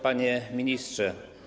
Panie Ministrze!